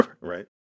Right